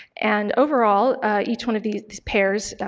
and overall each one of these pairs